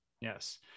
Yes